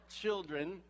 children